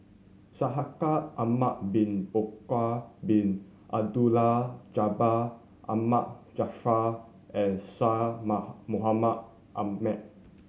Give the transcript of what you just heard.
Shaikh Ahmad Bin Bakar Bin Abdullah Jabbar Ahmad Jaafar and Syed Moha Mohamed Ahmed